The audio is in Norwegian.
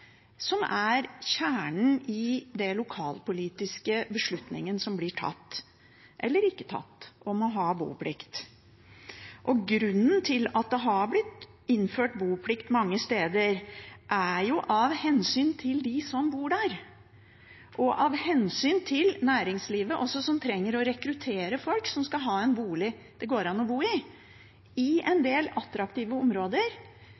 som er kjernen i den lokalpolitiske beslutningen som blir tatt eller ikke tatt om å ha boplikt. Grunnen til at det har blitt innført boplikt mange steder, er hensynet til dem som bor der, og hensynet til næringslivet, som trenger å rekruttere folk som skal ha en bolig det går an å bo i i en del attraktive områder